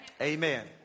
Amen